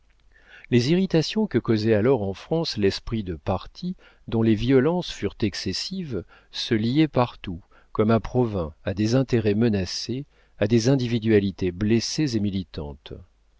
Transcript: les irritations que causait alors en france l'esprit de parti dont les violences furent excessives se liaient partout comme à provins à des intérêts menacés à des individualités blessées et militantes